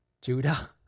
Judah